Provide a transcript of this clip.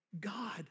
God